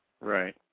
Right